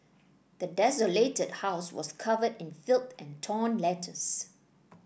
the desolated house was covered in filth and torn letters